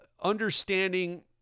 understanding